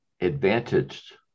advantaged